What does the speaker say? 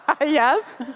Yes